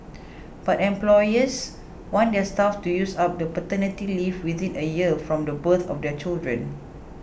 but employers want their staff to use up the paternity leave within a year from the birth of their children